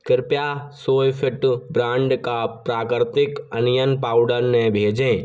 कृपया Soyfit brand का प्राकृतिक अनियन पाउडर न भेजें